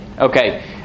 Okay